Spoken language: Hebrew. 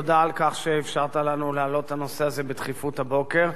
תודה על כך שאפשרת לנו להעלות את הנושא הזה בדחיפות הבוקר,